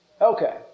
Okay